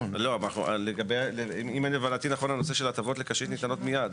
אם הבנתי נכון ההטבות לקשיש ניתנות מיד,